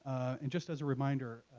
and just as a reminder,